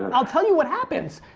and i'll tell you what happens.